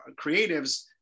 creatives